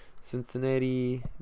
Cincinnati